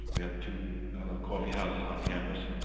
we have two coffee houses on campus.